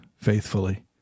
faithfully